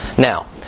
Now